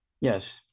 Yes